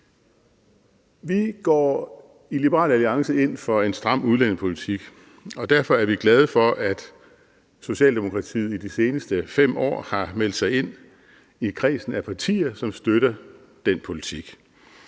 Vi går i Liberal Alliance ind for en stram udlændingepolitik, og derfor er vi glade for, at Socialdemokratiet i de seneste 5 år har meldt sig ind i kredsen af partier, som støtter den politik.